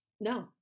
no